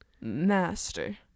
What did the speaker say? master